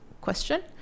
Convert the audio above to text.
question